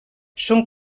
són